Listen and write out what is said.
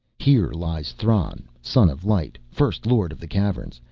here lies thran, son of light, first lord of the caverns,